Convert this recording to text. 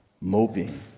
moping